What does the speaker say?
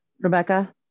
Rebecca